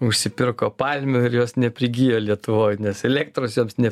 užsipirko palmių ir jos neprigijo lietuvoj nes elektros joms ne